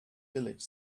village